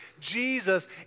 Jesus